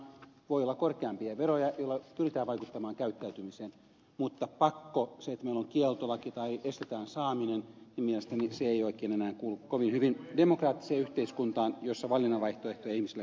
voi olla korkeampia veroja joilla pyritään vaikuttamaan käyttäytymiseen mutta pakko se että meillä on kieltolaki tai estetään saaminen minun mielestäni ei oikein enää kuulu kovin hyvin demokraattiseen yhteiskuntaan jossa valinnan vaihtoehtoja ihmisillä kuitenkin pitää olla